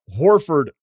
Horford